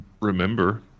remember